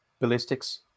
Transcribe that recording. ballistics